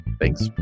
thanks